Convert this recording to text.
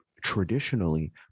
traditionally